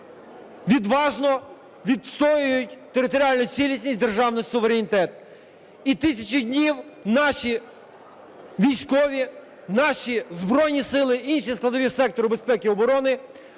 відважно відстоюють територіальну цілісність, державний суверенітет і тисячу днів наші військові, наші Збройні Сили, інші складові сектору безпеки і оборони